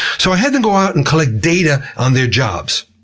so i had them go out and collect data on their jobs.